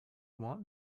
want